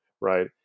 right